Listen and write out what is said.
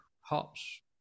Hops